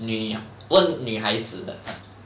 女问女孩子的